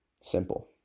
Simple